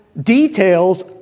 details